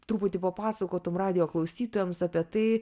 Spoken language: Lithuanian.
truputį papasakotum radijo klausytojams apie tai